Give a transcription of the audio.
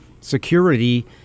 Security